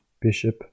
bishop